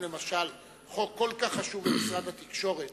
אם, למשל, חוק כל כך חשוב במשרד התקשורת,